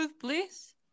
please